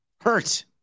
hurt